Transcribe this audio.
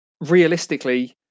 realistically